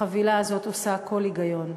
החבילה הזאת עושה כל היגיון.